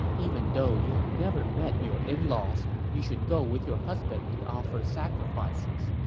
even though you have never met your in-laws, you should go with your husband to offer sacrifices,